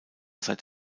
seit